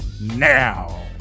now